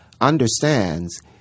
understands